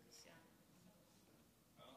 גברתי היושבת-ראש,